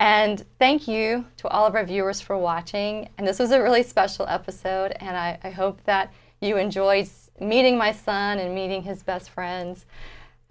and thank you to all of our viewers for watching and this is a really special episode and i hope that you enjoy meeting my son and meeting his best friends